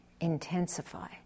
intensify